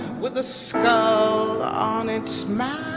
with a so on its mouth